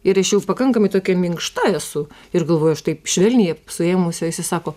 ir aš jau pakankamai tokia minkšta esu ir galvoju aš taip švelniai suėmusi o jisai sako